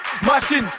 Machine